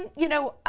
you know,